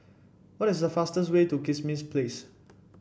what is the fastest way to Kismis Place